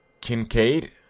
Kincaid